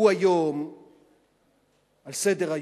הוא היום על סדר-היום.